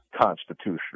constitutional